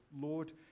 Lord